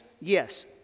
yes